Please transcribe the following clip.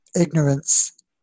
ignorance